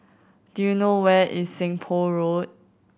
do you know where is Seng Poh Road